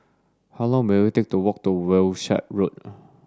how long will it take to walk to Wishart Road